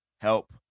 help